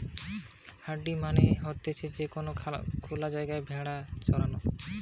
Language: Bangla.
হার্ডিং মানে হতিছে যে কোনো খ্যালা জায়গায় ভেড়া চরানো